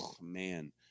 man